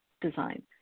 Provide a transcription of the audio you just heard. design